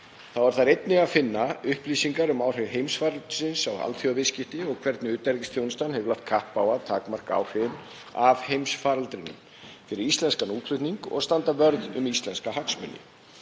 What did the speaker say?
Þar er einnig að finna upplýsingar um áhrif heimsfaraldursins á alþjóðaviðskipti og hvernig utanríkisþjónustan hefur lagt kapp á að takmarka áhrif af heimsfaraldrinum á íslenskan útflutning og standa vörð um íslenska hagsmuni.